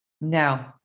No